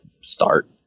start